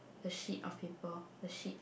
the sheet of paper the sheet